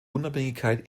unabhängigkeit